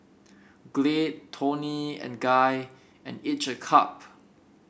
Glade Toni and Guy and each a cup